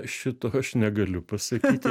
šito aš negaliu pasakyti